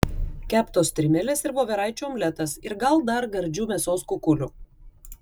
keptos strimelės ir voveraičių omletas ir gal dar gardžių mėsos kukulių